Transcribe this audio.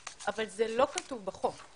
אבל זה לא כתוב בחוק,